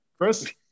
Chris